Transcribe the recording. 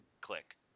click